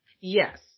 Yes